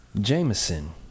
Jameson